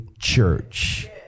Church